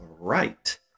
right